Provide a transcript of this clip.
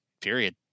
Period